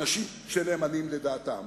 אנשים שנאמנים לדעתם.